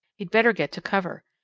he'd better get to cover!